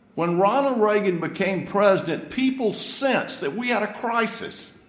when ronald reagan became president, people sensed that we had a crisis.